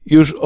Już